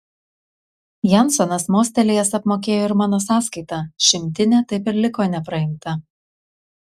jansonas mostelėjęs apmokėjo ir mano sąskaitą šimtinė taip ir liko nepraimta